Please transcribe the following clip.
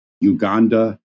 Uganda